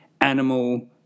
animal